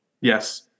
Yes